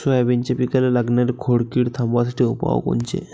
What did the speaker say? सोयाबीनच्या पिकाले लागनारी खोड किड थांबवासाठी उपाय कोनचे?